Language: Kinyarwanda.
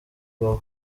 wawa